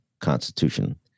constitution